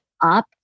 up